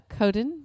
Coden